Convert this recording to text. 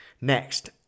Next